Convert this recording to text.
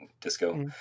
disco